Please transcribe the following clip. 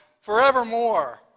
forevermore